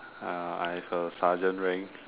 ah I have a sergeant rank